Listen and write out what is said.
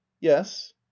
yes